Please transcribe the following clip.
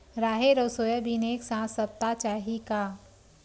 राहेर अउ सोयाबीन एक साथ सप्ता चाही का?